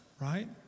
right